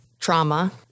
trauma